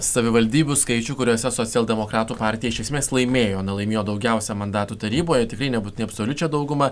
savivaldybių skaičių kuriuose socialdemokratų partija iš esmės laimėjo na laimėjo daugiausiai mandatų taryboje tikrai nebūtinai absoliučią daugumą